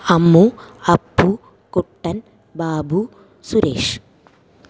Ammu Appu Kuttan Babu Suresh